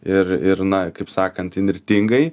ir ir na kaip sakant įnirtingai